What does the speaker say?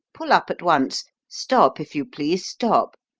pull up at once. stop, if you please, stop!